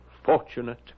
fortunate